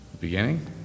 Beginning